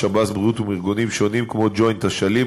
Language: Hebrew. השב"ס והבריאות ומארגונים שונים כמו "ג'וינט אשלים",